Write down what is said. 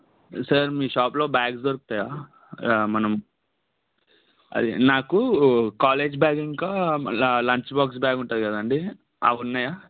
sir మీ షాప్లో bags దొరుకుతాయా మనం అది నాకు కాలేజ్ బ్యాగ్ ఇంకా లంచ్ బాక్స్లాగా ఉంటుంది కదండీ